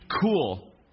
cool